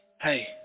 Hey